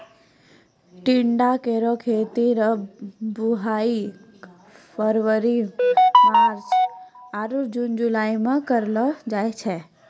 टिंडा केरो खेती ल बुआई फरवरी मार्च आरु जून जुलाई में कयलो जाय छै